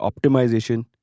optimization